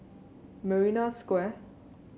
Marina Square